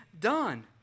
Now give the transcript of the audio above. done